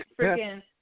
freaking